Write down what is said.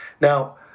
Now